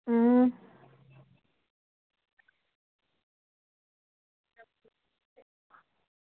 अं